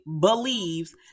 believes